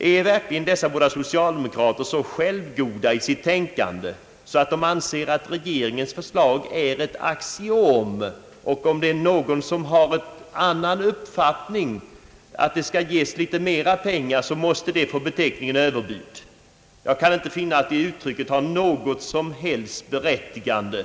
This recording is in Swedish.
Är verkligen dessa båda socialdemokrater så självgoda i sitt tänkande, att de anser att regeringens förslag är ett axiom och att andras uppfattning, att det bör ges litet mer pengar till u-hjälp, måste få beteckningen överbud? Jag kan inte finna att det uttrycket har något som helst berättigande.